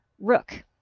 Rook